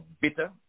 bitter